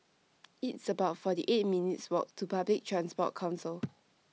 It's about forty eight minutes' Walk to Public Transport Council